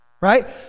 Right